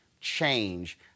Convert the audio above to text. change